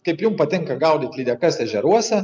kaip jum patinka gaudyti lydekas ežeruose